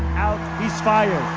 out he's fired.